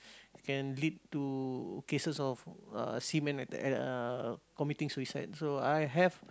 can lead to cases of uh seaman uh committing suicide so I have